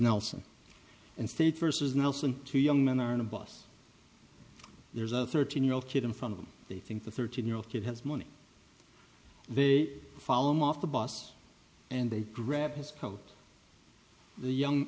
nelson and state versus nelson two young men are on a bus there's a thirteen year old kid in front of them they think the thirteen year old kid has money they follow him off the bus and they grab his coat the young